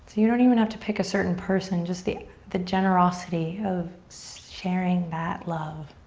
so you don't even have to pick a certain person, just the the generosity of sharing that love.